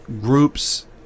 groups